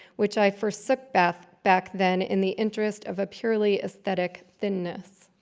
which i forsook back back then in the interest of a purely aesthetic thinness.